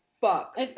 fuck